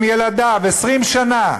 עם ילדיו, 20 שנה,